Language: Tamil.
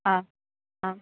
ஆ ஆ